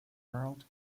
world